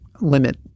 limit